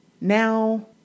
now